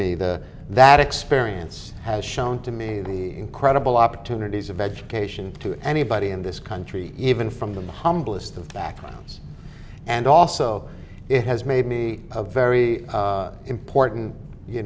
me the that experience has shown to me the incredible opportunities of education to anybody in this country even from the humblest of backgrounds and also it has made me a very important you